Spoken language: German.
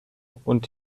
und